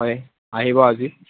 হয় আহিব আজি